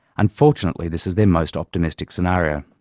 unfortunately, this is their most optimistic scenario.